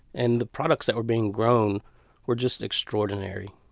and the products that were being grown were just extraordinary.